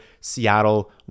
Seattle